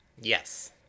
Yes